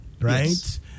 right